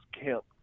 camp